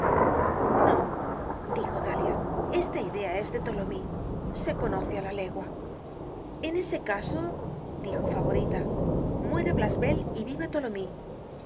no dijo dalia esta idea es de tholomyes se conoce á la legua en ese caso dijo favorita muera blachevelle y viva